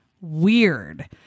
weird